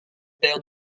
père